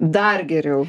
dar geriau